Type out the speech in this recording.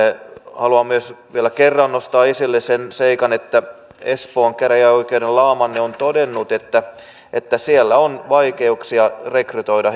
haluan myös vielä kerran nostaa esille sen seikan että espoon käräjäoikeuden laamanni on todennut että että siellä on vaikeuksia rekrytoida